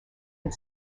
and